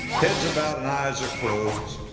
heads are bowed and eyes are closed,